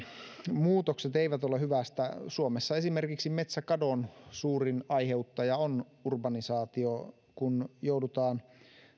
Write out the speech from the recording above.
muutokset eivät ole hyvästä suomessa esimerkiksi metsäkadon suurin aiheuttaja on urbanisaatio kun joudutaan